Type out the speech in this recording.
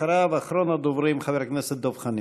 אחריו, אחרון הדוברים, חבר הכנסת דב חנין.